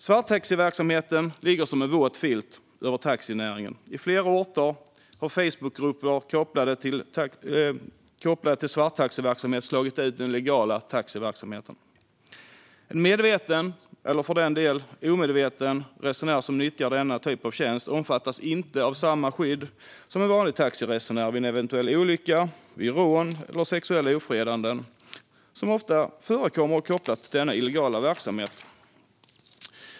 Svarttaxiverksamheten ligger som en våt filt över taxinäringen. På flera orter har Facebookgrupper kopplade till svarttaxiverksamhet slagit ut den legala taxiverksamheten. En medveten - eller för den delen en omedveten - resenär som nyttjar denna typ av tjänst omfattas inte av samma skydd som en vanlig taxiresenär vid en eventuell olycka, vid rån eller vid sexuella ofredanden, som ofta förekommer kopplat till denna illegala verksamhet.